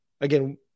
Again